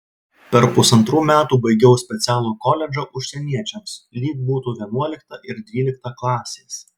per pusantrų metų baigiau specialų koledžą užsieniečiams lyg būtų vienuolikta ir dvylikta klasės